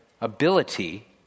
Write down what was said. ability